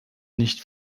nicht